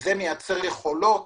זה מייצר יכולות